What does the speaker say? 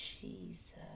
Jesus